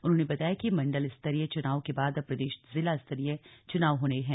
उन्होंने बताया कि मंडल स्तरीय चुनाव के बाद अब प्रदेश जिला स्तरीय चुनाव होने हैं